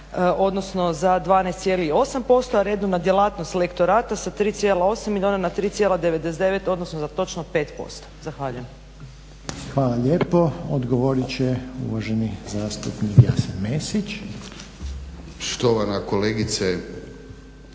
odnosno za 12,8%,a redovna djelatnost lektorata sa 3,8 milijuna na 3,99 odnosno za točno 5%. Zahvaljujem. **Reiner, Željko (HDZ)** Hvala lijepo. Odgovorit će uvaženi zastupnik Jasen Mesić. **Mesić,